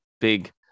big